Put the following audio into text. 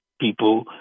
People